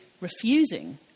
refusing